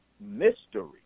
mystery